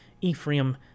Ephraim